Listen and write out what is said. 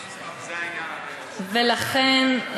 זה העניין, ולכן,